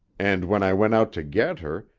and when i went out to get her,